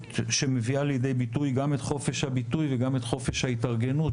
שמביאה לידי ביטוי גם את חופש הביטוי וגם את חופש ההתארגנות,